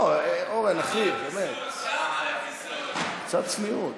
לא, אורן, אחי, באמת, קצת צניעות.